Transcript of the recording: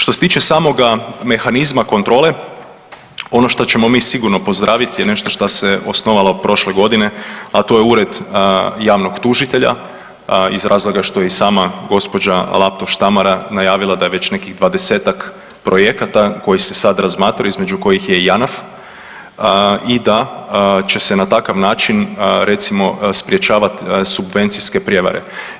Što se tiče samoga mehanizma kontrole ono što ćemo mi sigurno pozdraviti je nešto što se osnovalo prošle godine a to je Ured javnog tužitelja iz razloga što je i sama gospođa Laptoš Tamara najavila da je već nekih 20-tak projekata koji se sada razmatraju između kojih je i Janaf i da će se na takav način recimo sprječavati subvencijske prijevare.